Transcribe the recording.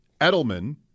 Edelman